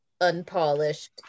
unpolished